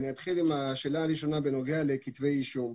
אני אתחיל עם השאלה הראשונה בנוגע לכתבי אישום.